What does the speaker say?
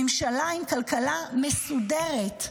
ממשלה עם כלכלה מסודרת,